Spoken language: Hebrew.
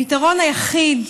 הפתרון היחיד,